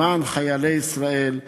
למען חיילי ישראל,